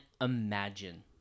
imagine